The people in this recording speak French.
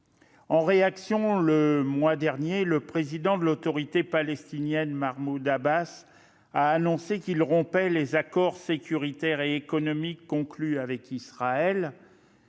En réaction, le mois dernier, le président de l'Autorité palestinienne, Mahmoud Abbas, a annoncé qu'il romprait les accords sécuritaires et économiques conclus avec Israël